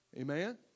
Amen